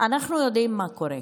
אנחנו יודעים מה קורה,